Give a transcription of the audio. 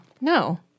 No